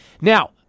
Now